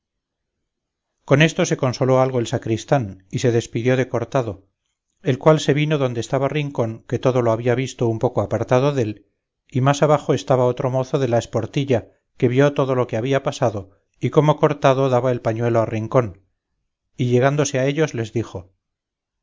con esto se consoló algo el sacristán y se despidió de cortado el cual se vino donde estaba rincón que todo lo había visto un poco apartado dél y más abajo estaba otro mozo de la esportilla que vio todo lo que había pasado y cómo cortado daba el pañuelo a rincón y llegándose a ellos les dijo